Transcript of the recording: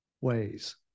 ways